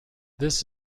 this